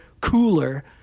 cooler